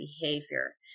behavior